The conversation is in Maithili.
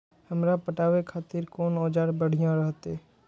हमरा पटावे खातिर कोन औजार बढ़िया रहते?